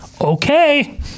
Okay